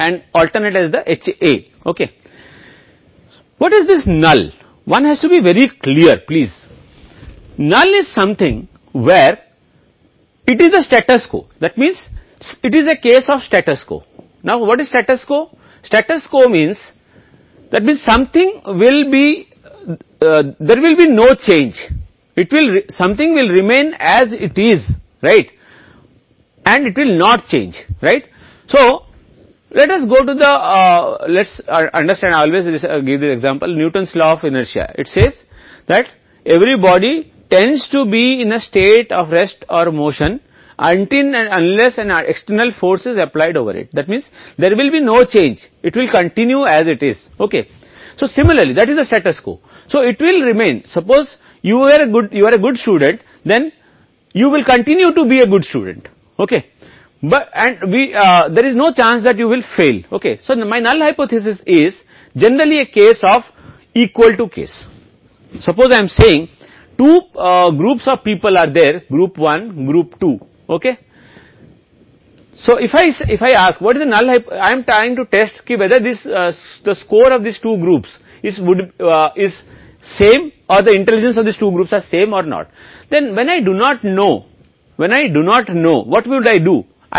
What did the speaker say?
अशक्त परिकल्पना को हमेशा H0 के रूप में परिभाषित किया जाता है और H1 के रूप में वैकल्पिक परिकल्पना को किया जाता है बहुत स्पष्ट है कि अशक्त कुछ ऐसी स्थिति है जहां यह यथास्थिति है अर्थात कि कुछ हो जाएगा कोई बदलाव नहीं होगा यह नहीं बदलेगा उदाहरण न्यूटन की जड़ता का नियम यह कहता है कि हर कोई आराम या गति की स्थिति में होता है जब तक और जब तक उस पर कोई बाहरी बल लागू नहीं किया जाता है इसका अर्थ है कि इसमें कोई बदलाव नहीं होगा जारी रखें क्योंकि यह ठीक उसी तरह है जो यथास्थिति है यह मान लीजिए कि आप एक अच्छे छात्र हैं फिर आप एक अच्छे छात्र बने रहेंगे और असफल होने का कोई मौका नहीं मिलेगा और मेरी नीरस परिकल्पना है आम तौर पर एक मामले के बराबर मामला लगता है कि लोगों के 2 समूह समूह 1 और समूह 2 हैं